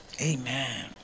Amen